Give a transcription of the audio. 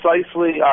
precisely